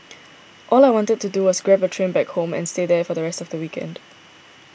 all I wanted to do was grab a train back home and stay there for the rest of the weekend